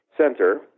center